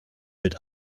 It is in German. wird